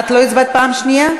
את לא הצבעת פעם שנייה?